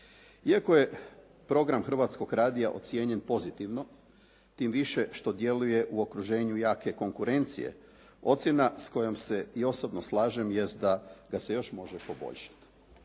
Iako je program Hrvatskog radija ocijenjen pozitivno, tim više što djeluje u okruženju jake konkurencije, ocjena s kojom se i osobno slažem jest da se još može poboljšati.